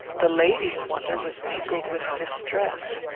the lady's wonder was mingled with distress.